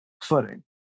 footing